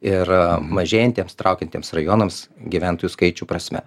ir mažėjantiems traukiantiems rajonams gyventojų skaičių prasme